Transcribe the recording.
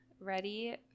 ready